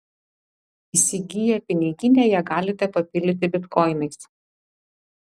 įsigiję piniginę ją galite papildyti bitkoinais